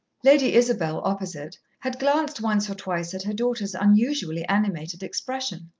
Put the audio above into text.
lady isabel, opposite, had glanced once or twice at her daughter's unusually animated expression.